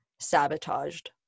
sabotaged